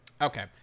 Okay